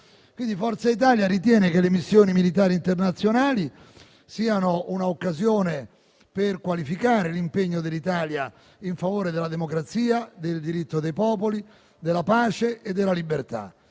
Forza Italia ritiene che le missioni militari internazionali siano un'occasione per qualificare l'impegno dell'Italia in favore della democrazia, del diritto dei popoli, della pace e della libertà.